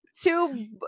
Two